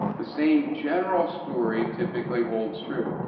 the same general story typically holds true.